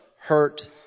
hurt